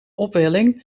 opwelling